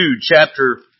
chapter